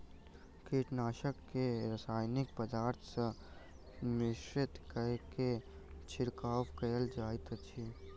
कीटनाशक के रासायनिक पदार्थ सॅ मिश्रित कय के छिड़काव कयल जाइत अछि